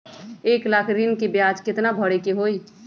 एक लाख ऋन के ब्याज केतना भरे के होई?